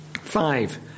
five